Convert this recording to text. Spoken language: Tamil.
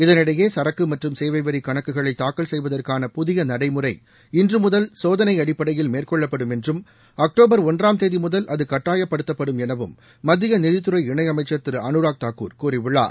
இதனிடையே சரக்கு மற்றும் சேவை வரி கணக்குகளை தாக்கல் செய்வதற்கான புதிய நடைமுறை இன்று முதல் சோதனை அடிப்படையில் மேற்கொள்ளப்படும் என்றும் அக்டோபர் ஒன்றாம் தேதி முதல் அது கட்டாயமாக்கப்படும் எனவும் மத்திய நிதித்துறை இணையமைச்சர் திரு அனுராக் தாக்கூர் கூறியுள்ளார்